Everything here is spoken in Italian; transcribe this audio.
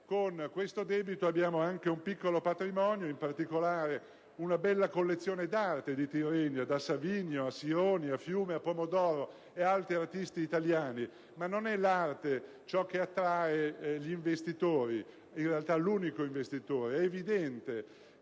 a questo debito c'è anche un piccolo patrimonio, in particolare una bella collezione d'arte di Tirrenia, da Savinio a Sironi, a Fiume, a Pomodoro e ad altri artisti italiani; ma non è l'arte che attrae gli investitori, anzi l'unico investitore: è evidente